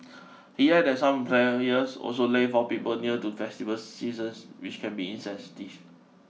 he added that some employers also lay off people near to festive seasons which can be insensitive